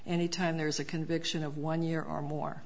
any time there's a conviction of one year or more